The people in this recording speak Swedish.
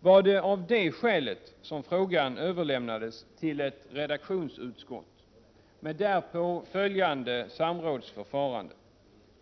Var det av det skälet som frågan överlämnades till ett redaktionsutskott med därpå följande samrådsförfarande?